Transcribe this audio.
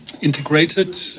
integrated